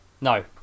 no